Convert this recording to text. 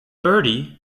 bertie